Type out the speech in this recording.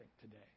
today